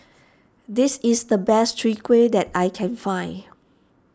this is the best Chwee Kueh that I can find